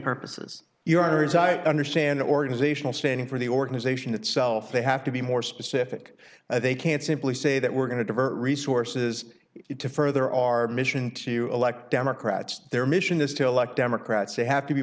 purposes your honor as i understand organizational standing for the organization itself they have to be more specific that they can't simply say that we're going to divert resources it to further our mission to elect democrats their mission is to elect democrats they have to be